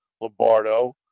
Lombardo